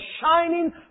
shining